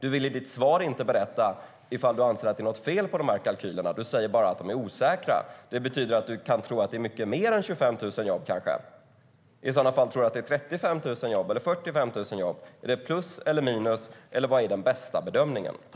Du vill i ditt svar inte berätta om du anser att det är något fel på kalkylerna. Du säger bara att de är osäkra. Det betyder att du kanske kan tro att det rör sig om mycket mer än 25 000 jobb - 35 000, 45 000? Är det plus eller minus? Vilken är den bästa bedömningen?